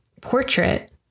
portrait